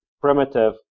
primitive